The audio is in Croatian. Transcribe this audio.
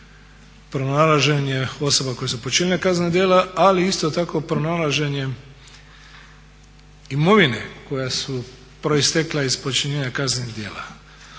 pronalaženje osoba koje su počinile kaznena djela. Ali isto tako i pronalaženje imovine koja su proistekla iz počinjenja kaznenih djela.